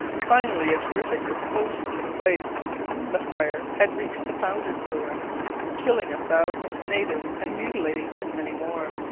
finally a terrific explosion took place the fire had reached the powder store killing a thousand natives and mutilating as many more,